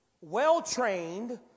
well-trained